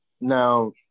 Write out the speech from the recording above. Now